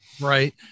Right